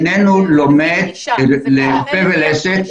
לא לומד פה ולסת,